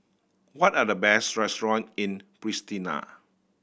what are the best restaurant in Pristina